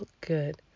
good